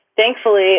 thankfully